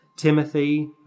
Timothy